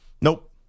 Nope